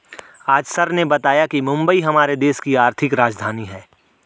आज सर ने बताया कि मुंबई हमारे देश की आर्थिक राजधानी है